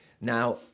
now